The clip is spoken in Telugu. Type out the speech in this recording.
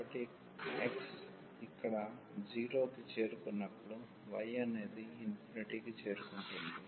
కాబట్టి x x ఇక్కడ 0 కి చేరుకున్నప్పుడు y అనేది కి చేరుకుంటుంది